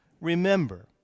Remember